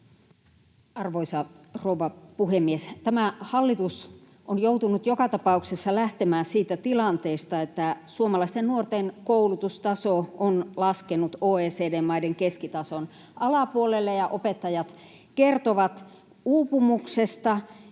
Arvoisa rouva puhemies! Tämä hallitus on joutunut joka tapauksessa lähtemään siitä tilanteesta, että suomalaisten nuorten koulutustaso on laskenut OECD-maiden keskitason alapuolelle ja opettajat kertovat uupumuksesta.